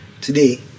today